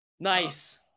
Nice